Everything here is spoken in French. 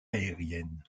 aérienne